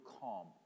calm